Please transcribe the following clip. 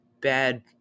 Bad